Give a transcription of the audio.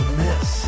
miss